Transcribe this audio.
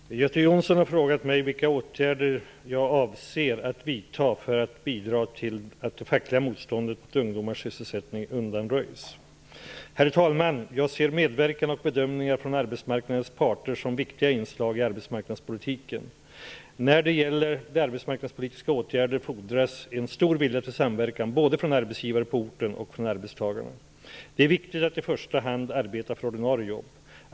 Herr talman! Göte Jonsson har frågat mig vilka åtgärder jag avser att vidta för att bidra till att det fackliga motståndet mot ungdomars sysselsättning undanröjs. Herr talman! Jag ser medverkan och bedömningar från arbetsmarknadens parter som viktiga inslag i arbetsmarknadspolitiken. När det gäller de arbetsmarknadspolitiska åtgärderna fordras en stor vilja till samverkan både från arbetsgivare på orten och från arbetstagarna. Det är viktigt att i första hand arbeta för ordinarie jobb.